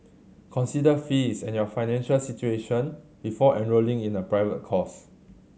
consider fees and your financial situation before enrolling in a private course